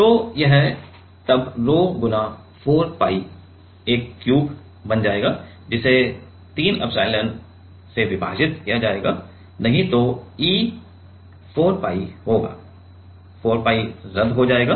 तो यह तब rho × 4 pi एक क्यूब बन जाएगा जिसे 3 एप्सिलॉन से विभाजित किया जाएगा नहीं तो E 4 pi होगा 4 pi रद्द हो जाएगा